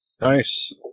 Nice